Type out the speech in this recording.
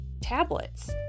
tablets